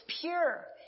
pure